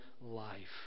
life